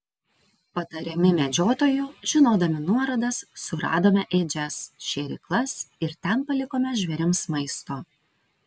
patariami medžiotojų žinodami nuorodas suradome ėdžias šėryklas ir ten palikome žvėrims maisto